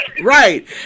right